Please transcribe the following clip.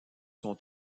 son